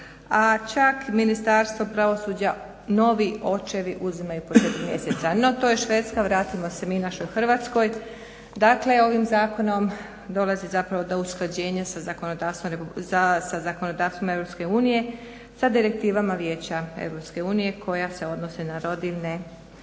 a čak Ministarstvo pravosuđa novi očevi uzimaju po četiri mjeseca no to je Švedska. Vratimo se mi našoj Hrvatskoj. Dakle ovim zakonom dolazi zapravo do usklađenja sa zakonodavstvom EU sa direktivama vijeća EU koja se odnose na roditeljske